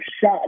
shot